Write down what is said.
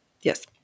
Yes